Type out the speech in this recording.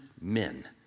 men